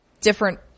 different